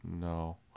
no